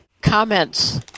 comments